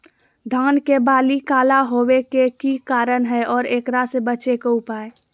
धान के बाली काला होवे के की कारण है और एकरा से बचे के उपाय?